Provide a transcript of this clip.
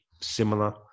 similar